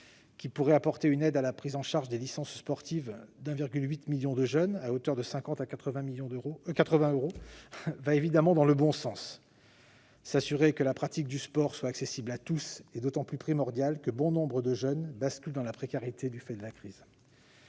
qui pourrait apporter une aide à la prise en charge des licences sportives de 1,8 million de jeunes, à hauteur de 50 à 80 euros ; cela va évidemment dans le bon sens. S'assurer que la pratique du sport soit accessible à tous est d'autant plus primordial que bon nombre de jeunes basculent dans la précarité du fait de la crise.